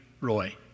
Roy